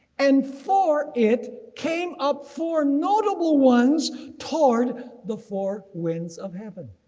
and for it came up four notable ones toward the four winds of heaven.